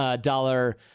dollar